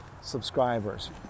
subscribers